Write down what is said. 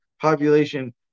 population